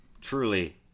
Truly